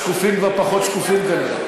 השקופים כבר פחות שקופים כנראה.